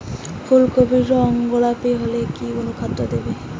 ফুল কপির রং গোলাপী হলে কি অনুখাদ্য দেবো?